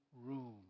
room